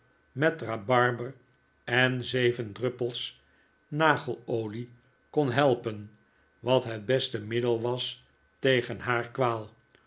met rhabarber en zeven droppels nagelolie kon helpen wat het beste middel was tegen haar kwaal